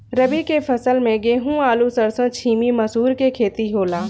रबी के फसल में गेंहू, आलू, सरसों, छीमी, मसूर के खेती होला